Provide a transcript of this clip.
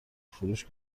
فروش